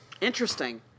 Interesting